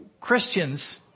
Christians